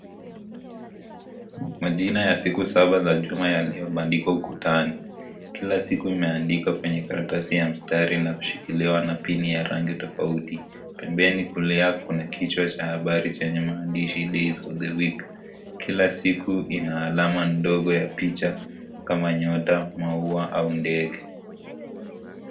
Majina ya siku saba za juma yaliyobandikwa ukutani. Kila siku imeandikwa kwenye karatasi ya mstari na kushikiliwa napini ya rangi tofauti. Pembeni kulia kuna kichwa cha habari chenye maandishi days of the week kila siku ina alama ndogo ya picha kama nyota maua au ndege.